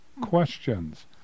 questions